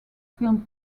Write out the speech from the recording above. film